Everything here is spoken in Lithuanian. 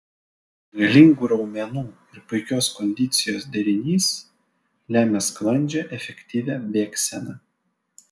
galingų raumenų ir puikios kondicijos derinys lemia sklandžią efektyvią bėgseną